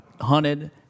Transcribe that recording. hunted